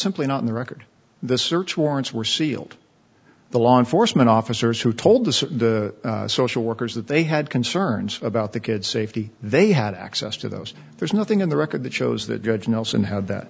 simply not in the record the search warrants were sealed the law enforcement officers who told the social workers that they had concerns about the kids safety they had access to those there's nothing in the record that shows that judge nelson had that